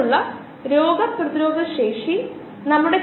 അവ ഈ ബയോ റിയാക്ടറുകൾ തന്നെ അല്പം വ്യത്യസ്തമായി കാണപ്പെടാം